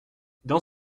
dans